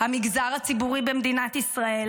המגזר הציבורי במדינת ישראל,